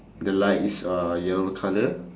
the light is uh yellow colour